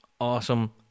awesome